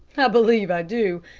believe i do,